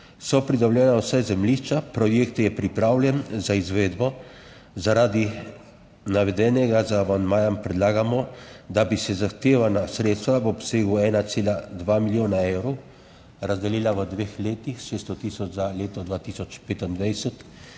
so pridobljena vsa zemljišča, projekt je pripravljen za izvedbo. Zaradi navedenega z amandmajem predlagamo, da bi se zahtevana sredstva v obsegu 1,2 milijona evrov razdelila v 2 letih, 600 tisoč za leto 2025